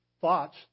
thoughts